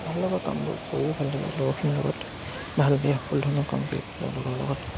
সকলোবোৰ কামবোৰ কৰিও ভাল লাগে লগৰখিনিৰ লগত ভাল বেয়া সকলো ধৰণৰ কাম কৰি লগৰৰ লগত